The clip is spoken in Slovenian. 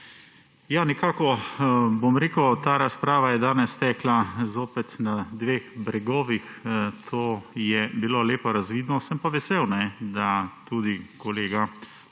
Hvala lepa. Nekako ta razprava je danes tekla zopet na dveh bregovih, to je bilo lepo razvidno, sem pa vesel, da tudi kolega